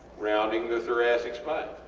rounding the thoracic spine.